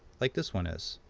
like this one is.